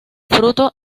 fruto